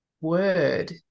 word